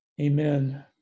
Amen